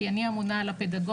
כי אני אמונה על הפדגוגיה,